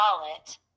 wallet